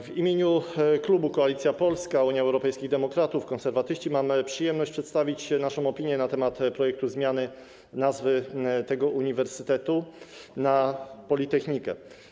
W imieniu klubu Koalicja Polska, Unia Europejskich Demokratów, Konserwatyści mam przyjemność przedstawić naszą opinię na temat projektu zmiany nazwy tego uniwersytetu na: politechnika.